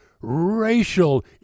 racial